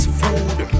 food